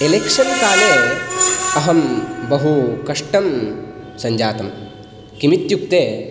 election काले अहं बहु कष्टं सञ्जातं किमित्युक्ते